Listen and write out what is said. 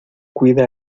cuida